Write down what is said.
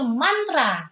mantra